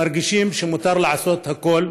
מרגישים שמותר לעשות הכול,